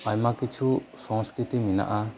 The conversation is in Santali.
ᱟᱭᱢᱟ ᱠᱤᱪᱷᱩ ᱥᱚᱝᱥᱠᱨᱤᱛᱤ ᱢᱮᱱᱟᱜᱼᱟ